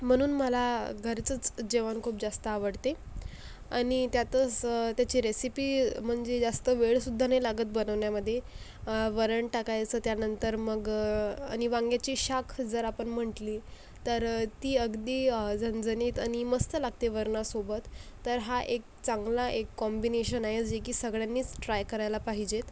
म्हणून मला घरचंच जेवण खूप जास्त आवडते आणि त्यातच त्यांची रेसिपी म्हणजे जास्त वेळ सुद्धा नाही लागत बनवण्यामध्ये वरण टाकायचं त्यानंतर मग आणि वांग्याची शाख जर आपण म्हटली तर ती अगदी झणझणीत आणि मस्त लागते वरणासोबत तर हा एक चांगला एक कॉम्बिनेशन आहे जे की सगळ्यांनीच ट्राय करायला पाहिजेत